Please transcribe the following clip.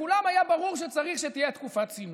לכולם היה ברור שצריך שתהיה תקופת צינון.